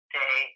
day